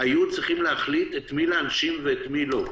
היו צריכים להחליט את מי להנשים ואת מי לא.